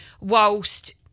whilst